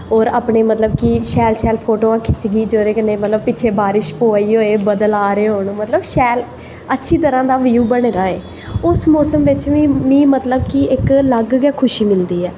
और मतलव कि शैल सैल फोटोआं खिच्चगी जेह्दे कन्नै पिच्छें बारिश पवा दी होऐ बद्दल आ दे होन मतलव शैल अच्छी तरांह् दा ब्यू बने दा होउस मौसम बिच्च मीं मतलव इक अलग गै खुशी मिलदी ऐ